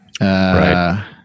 Right